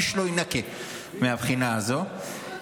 איש לא יינקה מהבחינה הזאת.